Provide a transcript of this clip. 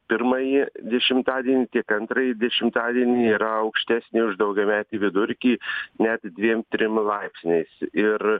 pirmąjį dešimtadienį tiek antrąjį dešimtadienį yra aukštesnė už daugiametį vidurkį net dviem trim laipsniais ir